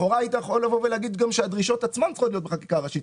לכאורה היית יכול להגיד שהדרישות עצמן צריכות להיות בחקיקה ראשית.